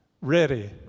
Ready